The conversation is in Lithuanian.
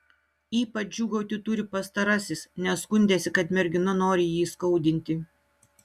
ypač džiūgauti turi pastarasis nes skundėsi kad mergina nori jį įskaudinti